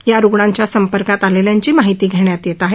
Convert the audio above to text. या रुग्णांच्या संपर्कात आलेल्यांची माहिती घेण्यात येत आहे